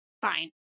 fine